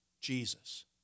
Jesus